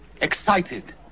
Excited